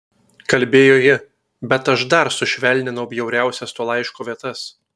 kalbėjo ji bet aš dar sušvelninau bjauriausias to laiško vietas